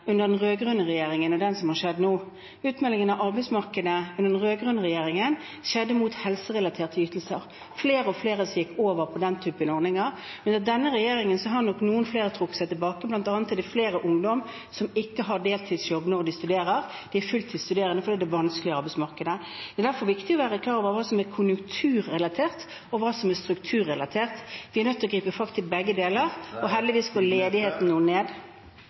har skjedd nå. Utmeldingen av arbeidsmarkedet under den rød-grønne regjeringen skjedde mot helserelaterte ytelser. Flere og flere gikk over på den type ordninger. Under denne regjeringen har nok noen flere trukket seg tilbake, bl.a. er det flere ungdommer som ikke har deltidsjobb når de studerer – de er fulltidsstuderende fordi det er et vanskelig arbeidsmarked. Det er derfor viktig å være klar over hva som er konjunkturrelatert, og hva som er strukturrelatert. Vi er nødt til å gripe fatt i begge deler. Heldigvis går ledigheten noe ned.